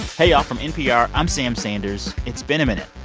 hey, y'all. from npr, i'm sam sanders. it's been a minute.